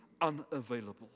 unavailable